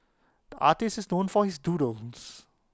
artist is known for his doodles